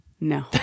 No